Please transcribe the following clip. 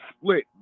split